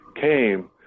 came